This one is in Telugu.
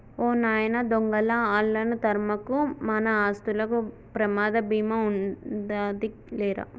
ఓ నాయన దొంగలా ఆళ్ళను తరమకు, మన ఆస్తులకు ప్రమాద భీమా ఉందాది లేరా